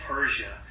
Persia